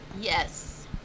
yes